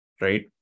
right